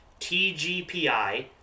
TGPI